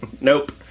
Nope